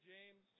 James